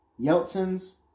Yeltsin's